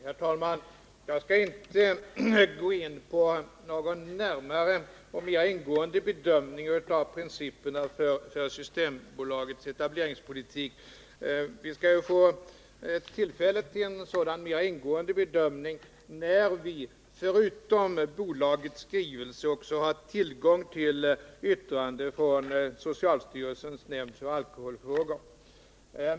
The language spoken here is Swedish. Herr talman! Jag skall inte gå in på någon närmare och mera ingående bedömning av principerna för Systembolagets etableringspolitik. Vi får tillfälle till en sådan mera ingående bedömning när vi förutom bolagets skrivelse också har tillgång till yttrande från socialstyrelsens nämnd för alkoholfrågor.